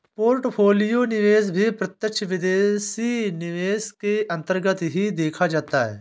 portfolio निवेश भी प्रत्यक्ष विदेशी निवेश के अन्तर्गत ही देखा जाता है